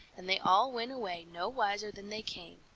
and they all went away no wiser than they came,